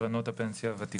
קרנות הפנסיה הוותיקות.